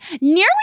nearly